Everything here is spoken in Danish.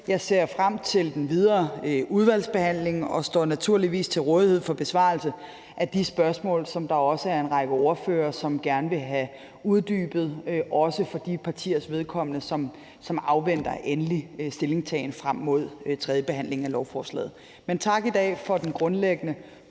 Jeg ser frem til den videre udvalgsbehandling og står naturligvis til rådighed for besvarelse af de spørgsmål, der også er en række ordførere som gerne vil have uddybet, også for de partiers vedkommende, som afventer endelig stillingtagen frem mod tredjebehandlingen af lovforslaget. Men tak i dag for den grundlæggende